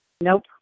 nope